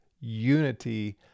unity